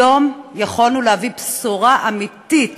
היום יכולנו להביא בשורה אמיתית